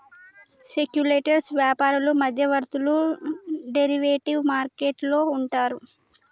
speculators వ్యాపారులు మధ్యవర్తులు derivative market లో ఉంటారు